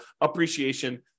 appreciation